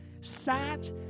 sat